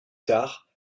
tard